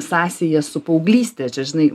sąsaja su paauglyste čia žinai